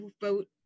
vote